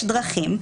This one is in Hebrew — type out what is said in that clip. יש דרכים,